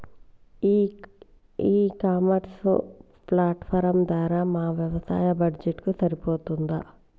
ఈ e commerce platform ధర మా వ్యవసాయ బడ్జెట్ కు సరిపోతుందా?